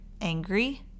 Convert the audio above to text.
angry